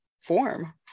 form